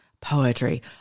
poetry